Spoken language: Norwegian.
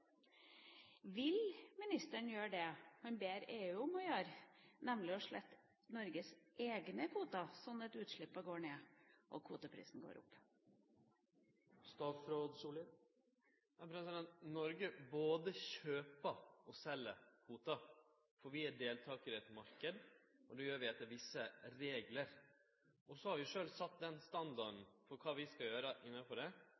Vil ministeren gjøre det han ber EU om å gjøre, nemlig slette Norges egne kvoter sånn at utslippene går ned og kvoteprisen går opp? Noreg både kjøper og sel kvotar, for vi er deltakarar i ein marknad, og det gjer vi etter visse reglar. Så har vi sjølv sett den standarden